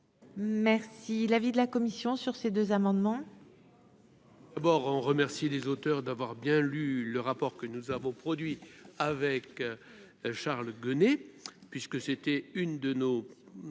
Merci l'avis de la commission sur ces deux amendements.